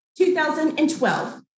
2012